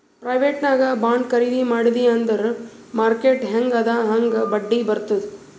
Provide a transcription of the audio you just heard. private ನಾಗ್ bond ಖರ್ದಿ ಮಾಡಿದಿ ಅಂದುರ್ ಮಾರ್ಕೆಟ್ ಹ್ಯಾಂಗ್ ಅದಾ ಹಾಂಗ್ ಬಡ್ಡಿ ಬರ್ತುದ್